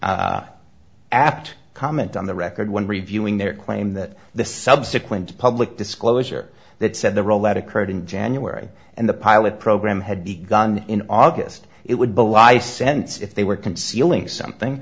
is apt comment on the record when reviewing their claim that the subsequent public disclosure that said the rollout occurred in january and the pilot program had begun in august it would belie sense if they were concealing something